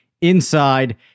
inside